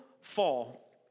fall